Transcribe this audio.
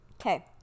Okay